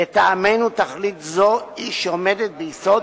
לטעמנו, תכלית זו היא שעומדת ביסוד